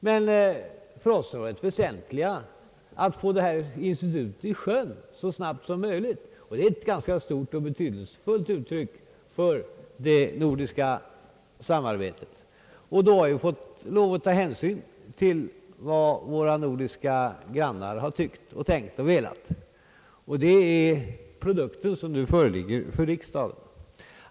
Men för oss är det väsentliga att vi får detta institut i sjön så snabbt som möjligt. Det är nämligen ett ganska kraftigt och betydelsefullt uttryck för det nordiska samarbetet. Vi har då fått lov att ta hänsyn till vad våra nordiska grannar har tyckt, tänkt och velat, och det är denna produkt som nu föreligger för riksdagen.